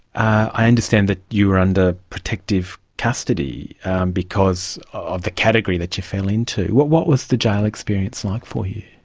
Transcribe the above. i understand that you were under protective custody because of the category that you fell into. what what was the jail experience like for you?